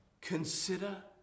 consider